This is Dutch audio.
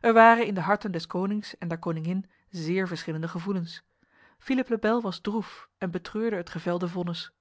er waren in de harten des konings en der koningin zeer verschillende gevoelens philippe le bel was droef en betreurde het gevelde vonnis